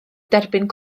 derbyn